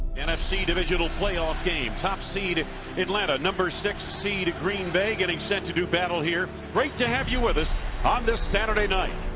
nfc divisional playoff game. top seed atlanta, number six seed green bay getting set to do battle here. great to have you with us on this saturday night!